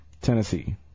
Tennessee